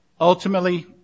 Ultimately